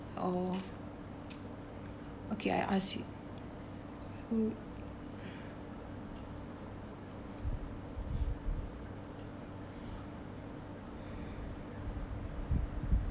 oh okay I ask you